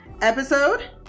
episode